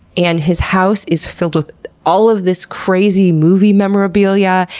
and his house is filled with all of this crazy movie memorabilia,